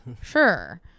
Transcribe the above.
Sure